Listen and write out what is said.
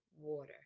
water